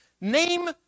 Name